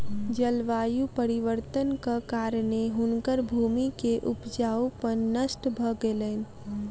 जलवायु परिवर्तनक कारणेँ हुनकर भूमि के उपजाऊपन नष्ट भ गेलैन